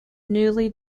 newly